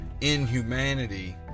inhumanity